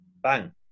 bang